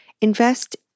invest